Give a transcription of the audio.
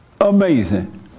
Amazing